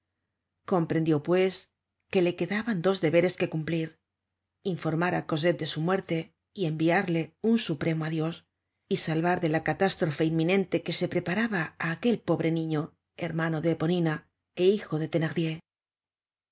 comprendió pues que le quedaban dos deberes que cumplir informar á cosette de su muerte y enviarle un supremo adios y salvar de la catástrofe inminente que se preparaba á aquel pobre niño hermano de eponina é hijo de thenardier